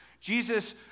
Jesus